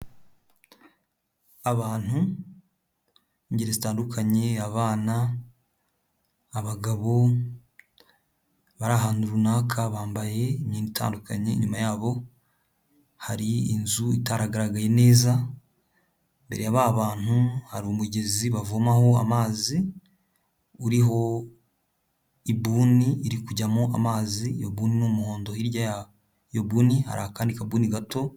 Abantu b'ingeri zitandukanye, abana abagabo bari ahantu runaka bambaye imyenda itandukanye, nyuma yabo hari inzu itagaragaye neza, mbere ya ba bantu hari umugezi bavomaho amazi, uriho ibuni iri kujyamo amazi, iyo buni n'umuhondo, hirya y'iyo buni hari akandi kabuni gato.